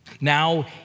Now